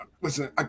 Listen